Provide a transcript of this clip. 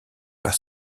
par